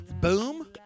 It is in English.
Boom